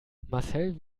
marcel